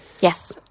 Yes